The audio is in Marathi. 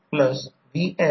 तर E1 V2 K म्हणून E1 K V2